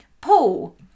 paul